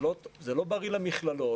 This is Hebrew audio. זה לא בריא למכללות,